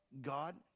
God